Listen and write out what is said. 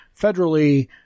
federally